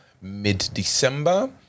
mid-December